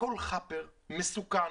הכול חאפר, מסוכן,